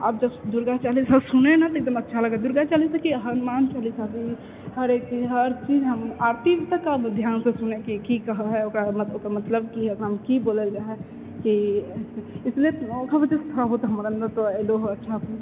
आब जब दुर्गा चालीसा सुनैमे एते अच्छा लागै हैय दुर्गा चालीसा कि हनुमान चालीसा भी हरेक चीज हर चीज हम आरती तक आब ध्यानसँ सुनै कि की कहै हैय ओकर मतलब की ओकरामे की बोलल जाइ हैय की इसलिए